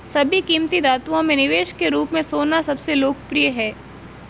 सभी कीमती धातुओं में निवेश के रूप में सोना सबसे लोकप्रिय है